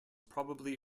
probably